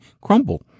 crumbled